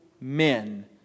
men